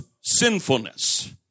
sinfulness